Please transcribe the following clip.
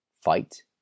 Fight